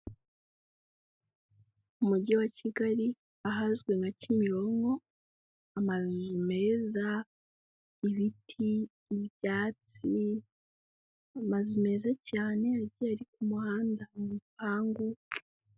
Umujyi wa Kigali ahazwi nka Kimironko, amazu meza, ibiti, ibyatsi, amazu meza cyane agiye ari ku muhanda mu bipangu.